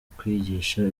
kwigisha